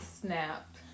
snapped